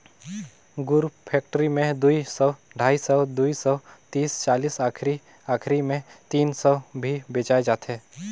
गुर फेकटरी मे दुई सौ, ढाई सौ, दुई सौ तीस चालीस आखिरी आखिरी मे तीनो सौ भी बेचाय जाथे